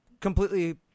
Completely